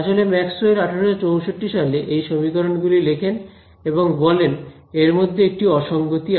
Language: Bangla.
আসলে ম্যাক্সওয়েল 1864 সালে এই সমীকরণ গুলি লেখেন এবং বলেন এরমধ্যে একটি অসংগতি আছে